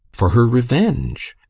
for her revenge!